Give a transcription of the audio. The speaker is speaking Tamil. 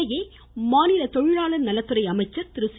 இதனிடையே மாநில தொழிலாளர் நலத்துறை அமைச்சர் திரு சி